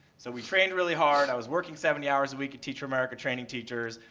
so we trained really hard. i was working seventy hours a week at teach for america training teachers,